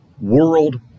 World